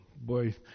Boy